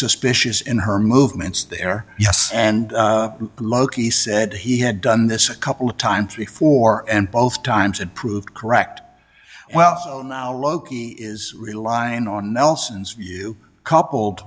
suspicious in her movements there yes and loki said he had done this a couple of times before and both times it proved correct well loki is relying on nelson's view coupled